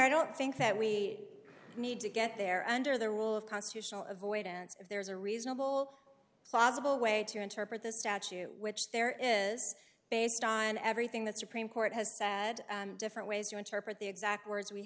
i don't think that we need to get there under the rule of constitutional avoidance if there is a reasonable plausible way to interpret the statue which there is based on everything that supreme court has said different ways to interpret the exact words we